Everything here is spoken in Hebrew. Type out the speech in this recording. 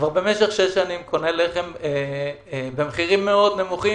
כבר במשך שש שנים הוא קונה לחם במחירים מאוד נמוכים